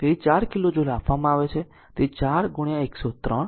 તેથી તેને 4 kilo joule આપવામાં આવે છે